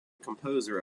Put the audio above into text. composer